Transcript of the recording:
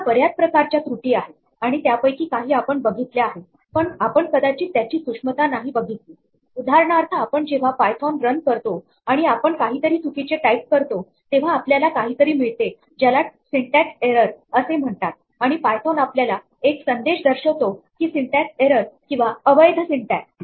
आता बऱ्याच प्रकारच्या त्रुटी आहे आणि त्यापैकी काही आपण बघितल्या आहे पण आपण कदाचित त्याची सूक्ष्मता नाही बघितली उदाहरणार्थ आपण जेव्हा पायथोन रन करतो आणि आपण काहीतरी चुकीचे टाईप करतो तेव्हा आपल्याला काहीतरी मिळते ज्याला सिंटॅक्स एरर असे म्हणतात आणि पायथोन आपल्याला एक संदेश दर्शवतो की सिंटॅक्स एरर किंवा अवैध सिंटॅक्स